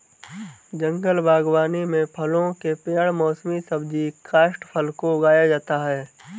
जंगल बागवानी में फलों के पेड़ मौसमी सब्जी काष्ठफल को उगाया जाता है